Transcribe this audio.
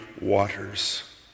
waters